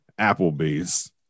Applebee's